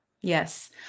Yes